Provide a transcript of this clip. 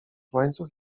łańcuch